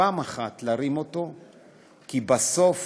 להרים את הדגל הזה, כי בסוף